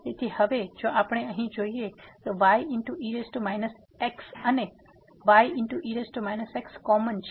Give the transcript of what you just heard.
તેથી હવે જો આપણે અહીં જોઈએ તો ye x અને ye x કોમન છે